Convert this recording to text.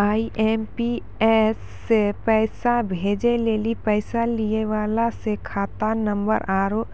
IMPS से पैसा भेजै लेली पैसा लिये वाला के खाता नंबर आरू